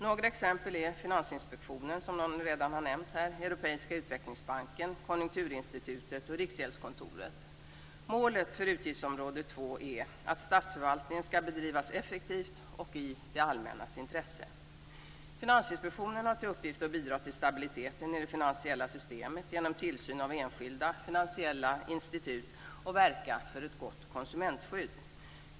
Några exempel är Finansinspektionen, som någon redan här nämnt, Europeiska utvecklingsbanken, Konjunkturinstitutet och Riksgäldskontoret. Målet för utgiftsområde 2 är att statsförvaltningen ska bedrivas effektivt och i det allmännas intresse. Finansinspektionen har till uppgift att bidra till stabiliteten i det finansiella systemet genom tillsyn av enskilda finansiella institut och verka för ett gott konsumentskydd.